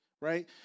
right